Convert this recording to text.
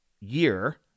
year